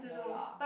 no lah